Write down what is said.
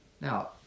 Now